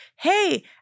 hey